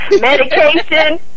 Medication